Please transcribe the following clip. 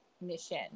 mission